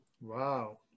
Wow